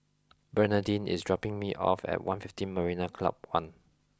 Bernardine is dropping me off at One Fifteen Marina Club One